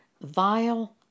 vile